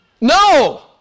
No